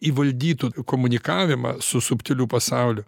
įvaldytų komunikavimą su subtiliu pasauliu